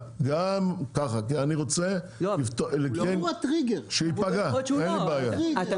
שיפגע אין לי בעיה.